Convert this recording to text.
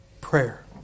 Prayer